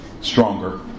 stronger